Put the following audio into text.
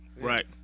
Right